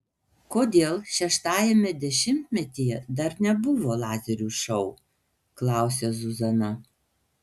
kodėl šeštajame dešimtmetyje dar nebuvo lazerių šou klausia zuzana